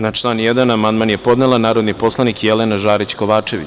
Na član 1. amandman je podnela narodni poslanik Jelena Žarić Kovačević.